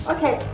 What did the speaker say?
Okay